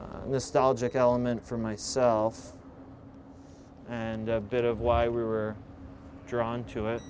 in this style jack element for myself and a bit of why we were drawn to it